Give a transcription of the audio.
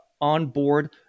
onboard